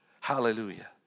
Hallelujah